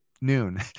noon